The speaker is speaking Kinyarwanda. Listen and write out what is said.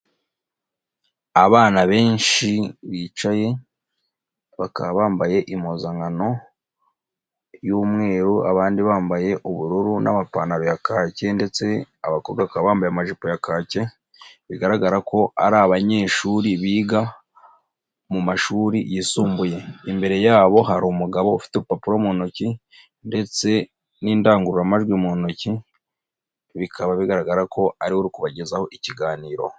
Abana benshi bicaye bakaba bambaye impuzankano y'umweru, abandi bambaye ubururu n'amapantaro ya kake ndetse abakobwa bakaba bambaye amajipo ya kake bigaragara ko ari abanyeshuri biga mu mashuri yisumbuye. Imbere yabo hari umugabo ufite urupapuro mu ntoki ndetse n'indangururamajwi mu ntoki, bikaba bigaragara ko ari we uri kubagezaho ikiganiro.